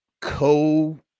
co